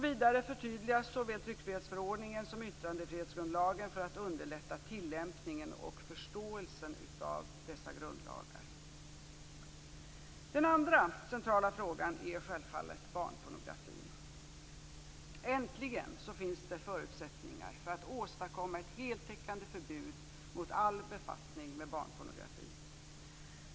Vidare förtydligas såväl tryckfrihetsförordningen som yttrandefrihetsgrundlagen för att underlätta tillämpningen och förståelsen av dessa grundlagar. Den andra centrala frågan är självfallet barnpornografin. Äntligen finns det förutsättningar för att åstadkomma ett heltäckande förbud mot all befattning med barnpornografi.